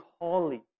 holy